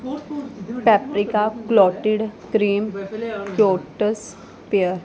paprika clotted cream ਕਿਓਟਸ pair